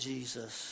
Jesus